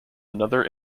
another